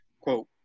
quote